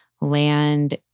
land